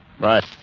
Right